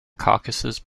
caucasus